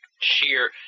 sheer